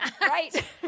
Right